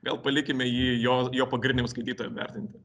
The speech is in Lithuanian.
gal palikime jį jo jo pagrindiniam skaitytojam vertinti